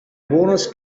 bonus